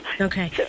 Okay